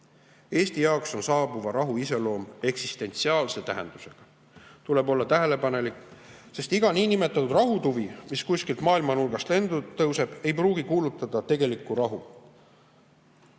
Eesti jaoks on saabuva rahu iseloom eksistentsiaalse tähendusega. Tuleb olla tähelepanelik, sest iga niinimetatud rahutuvi, mis kuskilt maailmanurgast lendu tõuseb, ei pruugi kuulutada tegelikku rahu.